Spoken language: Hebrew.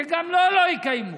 שגם לו לא יקיימו,